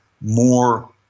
more